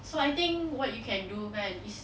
so I think what you can do kan is